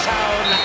Town